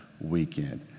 weekend